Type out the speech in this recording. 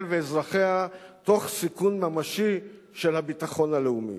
ואזרחיה תוך סיכון ממשי של הביטחון הלאומי.